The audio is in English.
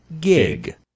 gig